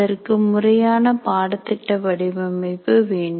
அதற்கு முறையான பாடத்திட்ட வடிவமைப்பு வேண்டும்